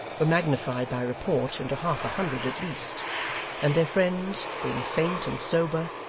were magnified by report into half-a-hundred at least and their friends, being faint and sober,